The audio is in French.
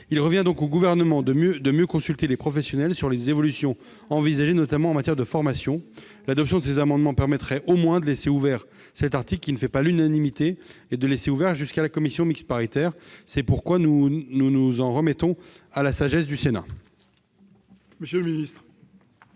Il revient au Gouvernement de mieux consulter les professionnels sur les évolutions envisagées, notamment en matière de formation. L'adoption de ces amendements permettait, au moins, de laisser ouverte la discussion sur cet article, qui ne fait pas l'unanimité, jusqu'à la commission mixte paritaire. Nous nous en remettons à la sagesse du Sénat.